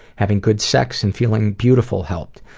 having good sex and feelin beautiful helped.